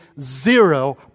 zero